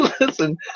Listen